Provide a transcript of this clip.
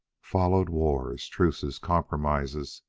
followed wars, truces, compromises,